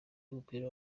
w’umupira